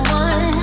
one